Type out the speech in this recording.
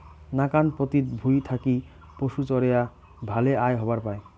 নাকান পতিত ভুঁই থাকি পশুচরেয়া ভালে আয় হবার পায়